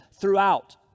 throughout